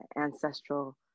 ancestral